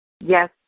Yes